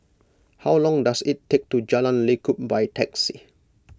how long does it take to Jalan Lekub by taxi